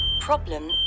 problem